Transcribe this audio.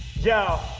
yo.